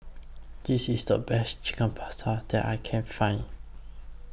This IS The Best Chicken Pasta that I Can Find